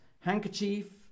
Handkerchief